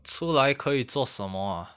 出来可以做什么 ah